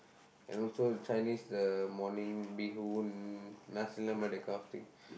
and also Chinese uh morning bee-hoon nasi-lemak that kind of thing